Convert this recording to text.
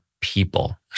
people